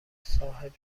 صاحب